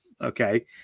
Okay